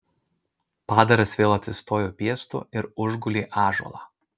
padaras vėl atsistojo piestu ir užgulė ąžuolą